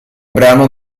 brano